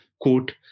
quote